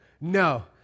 no